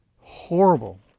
horrible